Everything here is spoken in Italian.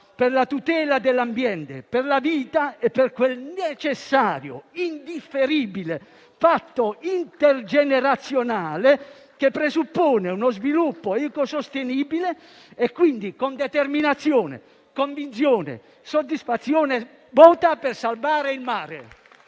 per la tutela dell'ambiente, per la vita e per quel necessario e indifferibile patto intergenerazionale che presuppone uno sviluppo ecosostenibile. Pertanto, con determinazione, convinzione e soddisfazione, il MoVimento